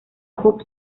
hub